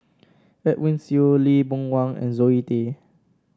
Edwin Siew Lee Boon Wang and Zoe Tay